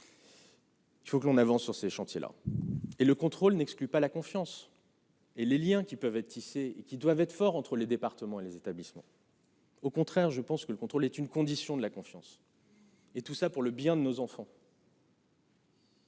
Il faut que l'on avance sur ces chantiers-là et le contrôle n'exclut pas la confiance et les Liens qui peuvent être tissés et qui doivent être fort entre les départements et les établissements. Au contraire, je pense que le contrôle est une condition de la confiance. Et tout ça pour le bien de nos enfants.